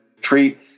treat